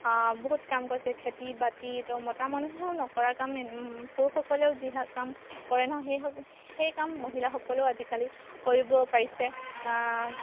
বহুত কাম কৰিছে খেতি বাতি তো মতা মানুহেও নকৰা কাম পুৰুষসকলেও যিহে কাম কৰে ন সেই সেই কাম মহিলাসকলেও আজিকালি কৰিব পাৰিছে